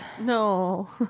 No